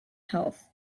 health